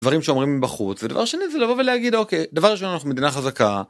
דברים שאומרים בחוץ, ודבר שני זה לבוא ולהגיד אוקיי דבר ראשון אנחנו מדינה חזקה.